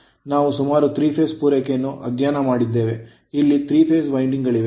ನಾವು ಸುಮಾರು 3 phase ಪೂರೈಕೆಯನ್ನು ಅಧ್ಯಯನ ಮಾಡಿದ್ದೇವೆ ಇಲ್ಲಿ 3 phase ವೈಂಡಿಂಗ್ ಗಳಿವೆ